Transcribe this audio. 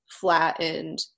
flattened